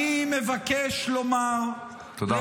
אני מבקש לומר -- אתה משווה את זה לסמל.